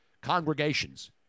congregations